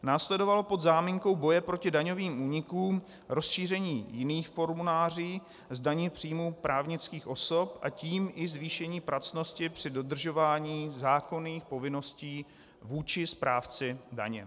Následovalo pod záminkou boje proti daňovým únikům rozšíření jiných formulářů, zdanění příjmů právnických osob, a tím i zvýšení pracnosti při dodržování zákonných povinností vůči správci daně.